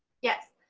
yes.